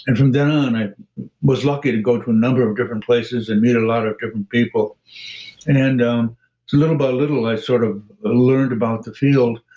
and from then on, i was lucky to go to a number of different places and meet a lot of different people and and um little by little, i sort of learned about the field.